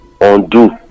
undo